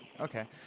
Okay